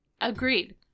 Agreed